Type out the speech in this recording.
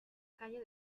calle